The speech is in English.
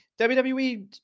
WWE